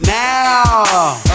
now